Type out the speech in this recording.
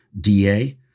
DA